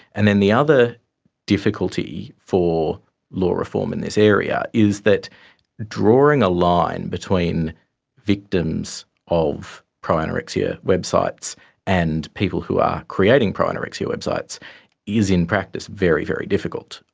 and then the other difficulty for law reform in this area is that drawing a line between victims of pro-anorexia websites and people who are creating pro-anorexia websites is in practice very, very difficult.